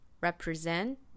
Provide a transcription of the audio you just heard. represent